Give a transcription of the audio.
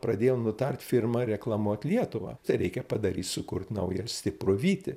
pradėjau nutart firmą reklamuot lietuvą reikia padaryt sukurt naują stiprų vytį